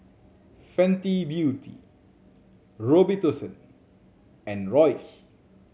Fenty Beauty Robitussin and Royce